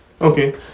Okay